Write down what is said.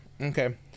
okay